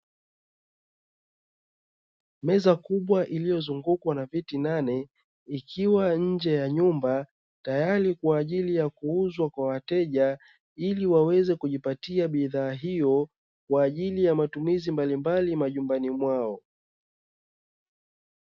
Meza kubwa iliyozungukwa na viti nane, ikiwa nje ya nyumba tayari kwa ajili ya kuuzwa kwa wateja ili waweze kujipatia bidhaa hiyo kwa ajili ya matumizi mbalimbali majumbani mwao.